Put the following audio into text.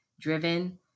driven